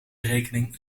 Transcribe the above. rekening